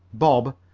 bob,